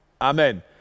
Amen